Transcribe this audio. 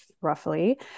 roughly